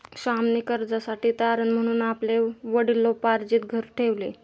श्यामने कर्जासाठी तारण म्हणून आपले वडिलोपार्जित घर ठेवले